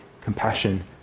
compassion